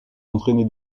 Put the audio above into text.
entraîner